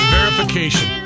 Verification